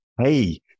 hey